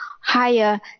higher